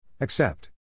Accept